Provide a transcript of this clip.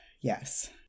Yes